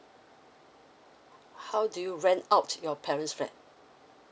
how do you rent out your parents' fat